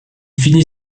finit